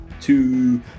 two